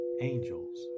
angels